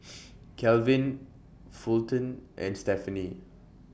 Kelvin Fulton and Stefanie